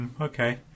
Okay